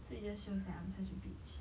so it just shows that I'm such a bitch